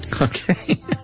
Okay